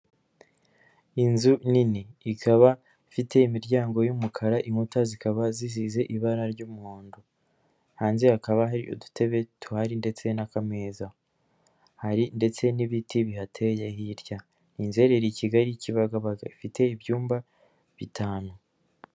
Inzu nini ikaba ifite imiryango y'umukara inkuta z'ikaba zisize ibara ry'umuhondo, hanze hakaba hari udutebe tuhari ndetse n'akameza, hari ndetse n'ibiti bihateye hirya ni inzu iherereye i Kigali kibagabaga, ifite ibyumba bitanu.